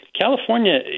California